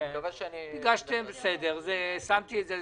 הגשתם בסדר, שמתי את זה על